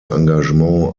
engagement